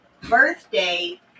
birthday